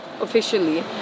officially